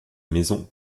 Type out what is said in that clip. maisons